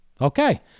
Okay